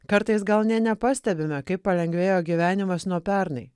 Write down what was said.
kartais gal nė nepastebime kaip palengvėjo gyvenimas nuo pernai